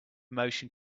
motion